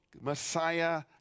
Messiah